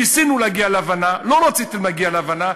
ניסינו להגיע להבנה, לא רציתם להגיע להבנה.